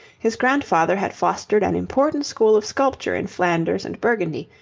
his grandfather had fostered an important school of sculpture in flanders and burgundy,